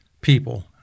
people